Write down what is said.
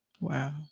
Wow